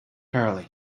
early